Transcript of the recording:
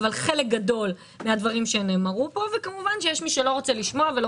חלק גדול מהדברים שנאמרו כאן וכמובן יש מי שלא רוצה לשמוע ולא